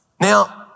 Now